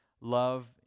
love